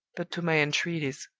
but to my entreaties.